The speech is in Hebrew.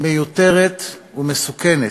מיותרת ומסוכנת.